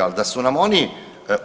Ali da su nam oni